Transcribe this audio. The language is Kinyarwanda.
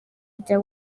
rya